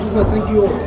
thank you!